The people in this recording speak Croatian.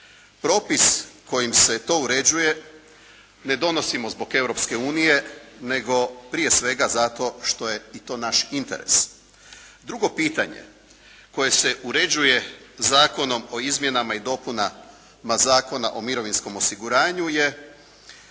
Propis kojim se to uređuje, ne donosimo zbog Europske unije, nego prije svega zato što je i to naš interes. Drugo pitanje, koje se uređuje Zakonom o izmjenama i dopunama Zakona o mirovinskom osiguranju je